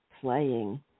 playing